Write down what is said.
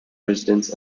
residents